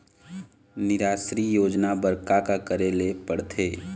निराश्री योजना बर का का करे ले पड़ते?